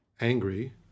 angry